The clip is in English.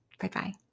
Bye-bye